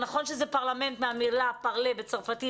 נכון שזה פרלמנט מהמילה פרלה בצרפתית,